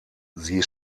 sie